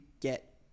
get